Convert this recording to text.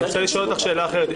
אני רוצה לשאול אותך שאלה אחרת.